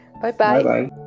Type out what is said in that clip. Bye-bye